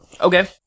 Okay